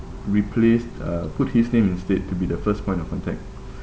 replaced uh put his name instead to be the first point of contact